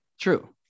True